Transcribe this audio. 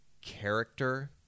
character